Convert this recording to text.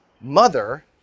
mother